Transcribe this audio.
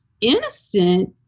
innocent